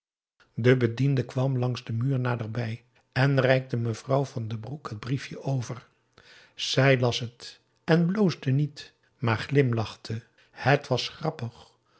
de bediende kwam langs den muur naderbij en reikte mevrouw van den broek het briefje over zij las het en bloosde niet maar glimlachte het was grappig